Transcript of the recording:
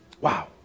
Wow